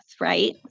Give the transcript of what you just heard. right